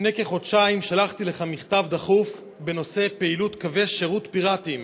לפני כחודשיים שלחתי לך מכתב דחוף בנושא: פעילות קווי שירות פיראטיים